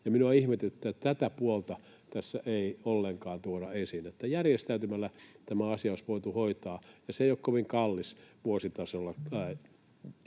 Minua ihmetyttää, että tätä puolta tässä ei ollenkaan tuoda esiin, että järjestäytymällä tämä asia olisi voitu hoitaa ja se ei ole kovin kallis vuositasolla,